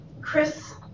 Chris